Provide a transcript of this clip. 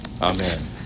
Amen